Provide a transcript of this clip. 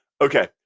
Okay